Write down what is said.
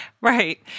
Right